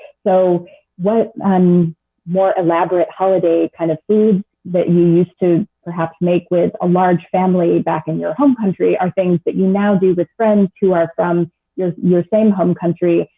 so what um more elaborate holiday kind of foods that you used to, perhaps, make with a large family back in your home country are things that you now do with friends who are from your your same home country,